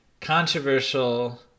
controversial